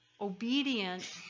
obedient